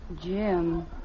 Jim